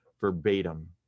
verbatim